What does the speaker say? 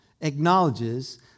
acknowledges